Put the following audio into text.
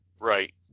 Right